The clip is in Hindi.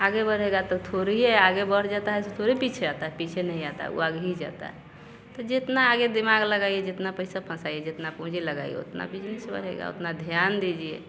आगे बढ़ेगा तो थोड़ी ही है आगे बढ़ जाता है तो थोड़ी पीछे आता है पीछे नहीं आता है वो आगे ही जाता है तो जितना आगे दिमाग लगाइए जितना पैसा फंसाइए जितना पूंजी लगाइए उतना बिजनिस बढ़ेगा उतना ध्यान दीजिए